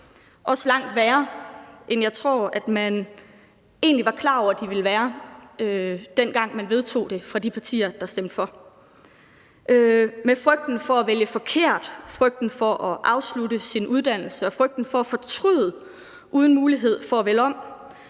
de partier, der stemte for, egentlig var klar over de ville være, dengang man vedtog det. Med frygten for at vælge forkert, frygten for at afslutte sin uddannelse og frygten for at fortryde uden mulighed for at vælge om